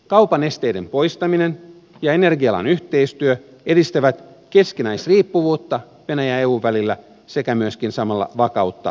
kaupan esteiden poistaminen ja energia alan yhteistyö edistävät keskinäisriippuvuutta venäjän ja eun välillä sekä myöskin samalla vakautta ja työllisyyttä